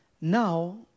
Now